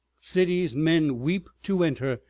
cities men weep to enter,